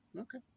Okay